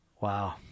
Wow